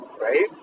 Right